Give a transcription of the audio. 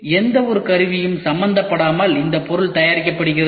எந்தவொரு கருவியும் சம்பந்தப்படாமல் இந்த பொருள் தயாரிக்கப்படுகிறது